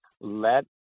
let